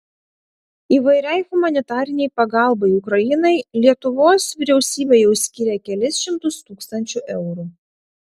įvairiai humanitarinei pagalbai ukrainai lietuvos vyriausybė jau skyrė kelis šimtus tūkstančių eurų